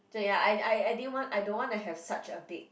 so ya I I didn't want I don't want to have such a big